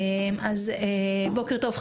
בוקר טוב,